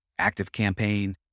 ActiveCampaign